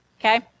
okay